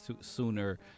sooner